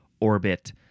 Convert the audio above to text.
orbit